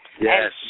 Yes